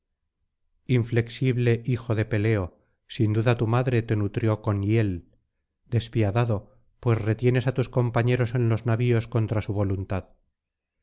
inflexible hijo de peleo sin duda tti madre te nutrió con hiél despiadado pues retienes á tus compañeros en los atavíos contra su voluntad